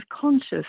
conscious